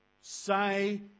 Say